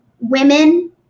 women